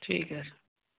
ঠিক আছে